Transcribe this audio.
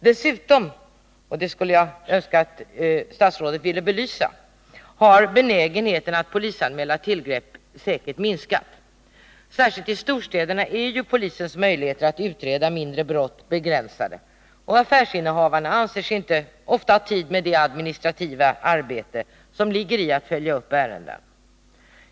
Dessutom — och det skulle jag önska att statsrådet ville belysa — har benägenheten att polisanmäla säkert minskat. Särskilt i storstäderna är polisens möjligheter att utreda mindre brott begränsade, och affärsinnehavarna anser sig ofta inte ha tid med det administrativa arbete som ligger i att följa upp ärendena.